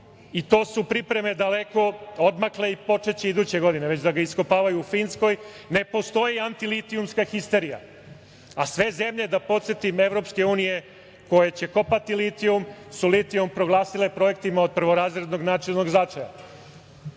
i to su pripreme daleko odmakle i počeće iduće godine već da ga iskopavaju u Finskoj, ne postoji anti-litijumska histerija, a sve zemlje EU, da podsetim, koje će kopati litijum su litijum proglasile projektima od prvorazrednog značaja. Kompaniju